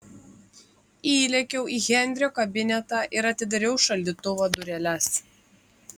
įlėkiau į henrio kabinetą ir atidariau šaldytuvo dureles